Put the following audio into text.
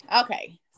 Okay